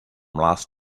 last